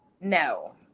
No